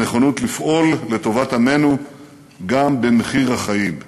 הנכונות לפעול לטובת עמנו גם במחיר החיים.